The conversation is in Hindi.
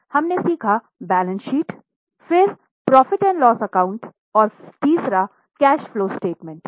पहले हमने सीखा बैलेंस शीट फिर प्रॉफिट एंड लॉस अकाउंट और तीसरा कैश फ्लो स्टेटमेंट है